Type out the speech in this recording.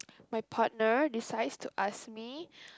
my partner decides to ask me